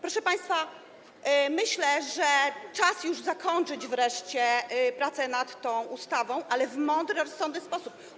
Proszę państwa, myślę, że czas już zakończyć wreszcie prace nad tą ustawą, ale w mądry, rozsądny sposób.